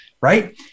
right